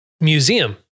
museum